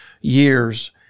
years